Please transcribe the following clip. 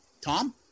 Tom